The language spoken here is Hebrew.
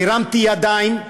והרמתי ידיים,